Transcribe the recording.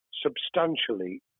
substantially